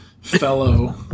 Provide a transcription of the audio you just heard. fellow